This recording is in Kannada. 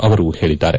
ಅವರು ಹೇಳಿದ್ದಾರೆ